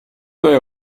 they